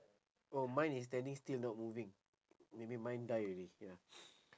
oh mine is standing still not moving maybe mine die already ya